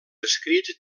escrits